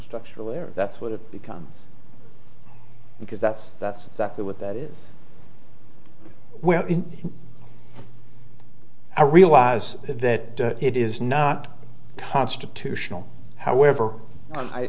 where that's what it becomes because that's that's exactly what that is well i realize that it is not constitutional however